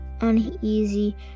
uneasy